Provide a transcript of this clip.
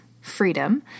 freedom